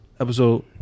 Episode